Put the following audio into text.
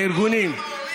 הארגונים היו בוועדות.